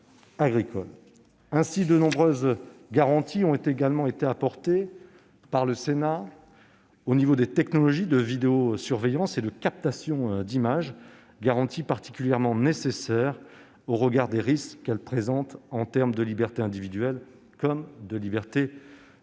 De nombreuses garanties ont également été apportées par le Sénat aux technologies de vidéosurveillance et de captations d'images, garanties particulièrement nécessaires au regard des risques qu'elles présentent en termes de libertés individuelles comme de libertés publiques.